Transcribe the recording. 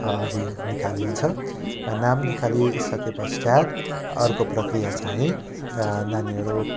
अघि निकालिन्छ नाम निकालिसकेपश्चात अर्को प्रक्रिया छ है नानीहरू